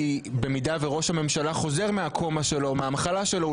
כי במידה וראש הממשלה חוזר מהקומה שלו או מהמחלה שלו,